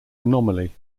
anomaly